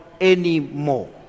anymore